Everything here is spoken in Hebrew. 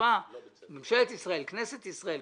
כנסת ישראל,